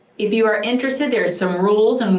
if you are interested, there are some rules, and